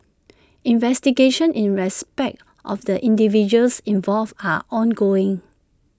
investigations in respect of the individuals involved are ongoing